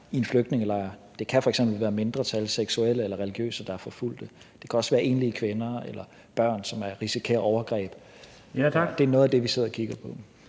i en flygtningelejr. Det kan f.eks. være mindretal – seksuelle eller religiøse – der er forfulgte. Det kan også være enlige kvinder eller børn, som risikerer overgreb. Det er noget af det, vi sidder og kigger på.